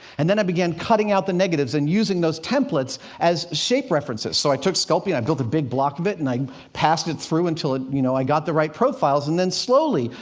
and then i began cutting out the negatives and using those templates as shape references. so i took sculpey, and i built a big block of it, and i passed it through until, you know, i got the right profiles. and then slowly,